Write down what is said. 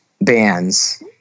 bands